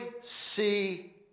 see